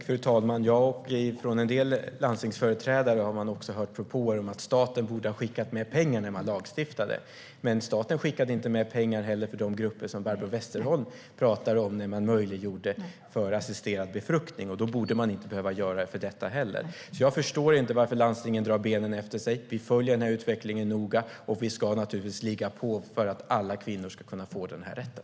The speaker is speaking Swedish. Fru talman! Från en del landstingsföreträdare har man också hört propåer om att staten borde ha skickat mer pengar när man lagstiftade, men staten skickade inte med pengar när man möjliggjorde för assisterad befruktning för de grupper som Barbro Westerholm talar om, och då borde man inte behöva göra det för detta heller. Jag förstår inte varför landstingen drar benen efter sig. Vi följer utvecklingen noga, och vi ska naturligtvis ligga på för att alla kvinnor ska kunna få den här rätten.